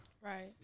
Right